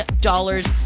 dollars